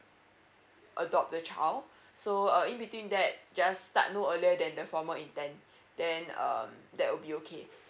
adopt the child so uh in between that just start no earlier than the formal intent then um that will be okay